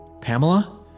Pamela